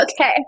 okay